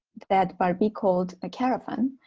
that barby called a caravan,